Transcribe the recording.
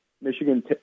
Michigan